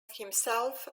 himself